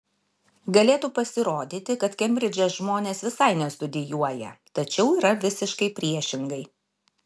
galėtų pasirodyti kad kembridže žmonės visai nestudijuoja tačiau yra visiškai priešingai